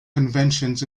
conventions